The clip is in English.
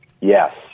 Yes